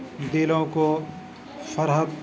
دلوں کو فرحت